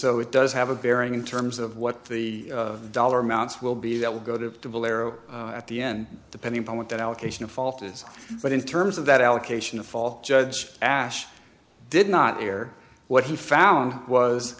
so it does have a bearing in terms of what the dollar amounts will be that will go to divil arrow at the end depending upon what that allocation of fault is but in terms of that allocation of fall judge ash did not hear what he found was